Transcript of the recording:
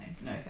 no